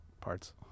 parts